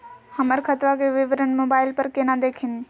हमर खतवा के विवरण मोबाईल पर केना देखिन?